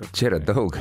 čia yra daug